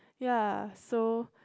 ya so